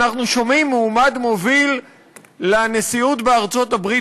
אנחנו שומעים מועמד מוביל לנשיאות בארצות-הברית,